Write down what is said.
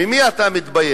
ממי אתה מתבייש?